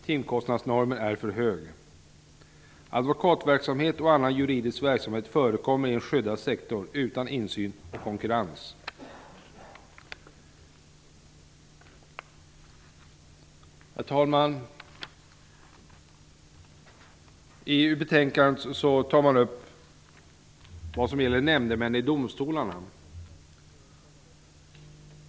Timkostnadsnormen är för hög. Advokatverksamhet och annan juridisk verksamhet förekommer i en skyddad sektor, utan insyn och konkurrens. Herr talman! I betänkandet tar man upp vad som gäller nämndemän i domstolarna.